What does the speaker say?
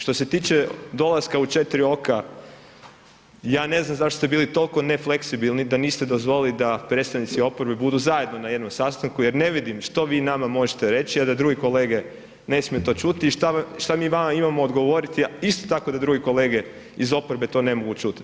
Što se tiče dolaska u 4 oka, ja ne znam zašto ste bili toliko nefleksibilni da niste dozvolili da predstavnici oporbe budu zajedno na jednom sastanku jer ne vidim što vi nama možete reći, a da drugi kolege ne smiju to čuti i što mi vama imamo odgovoriti, a isto tako da drugi kolege iz oporbe to ne mogu čuti.